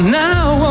now